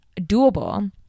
doable